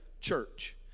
church